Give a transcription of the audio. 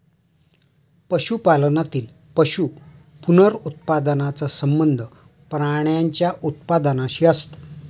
पशुपालनातील पशु पुनरुत्पादनाचा संबंध प्राण्यांच्या उत्पादनाशी असतो